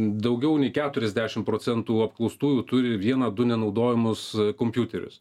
daugiau nei keturiasdešimt procentų apklaustųjų turi vieną du nenaudojamus kompiuterius